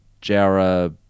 Jara